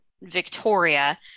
victoria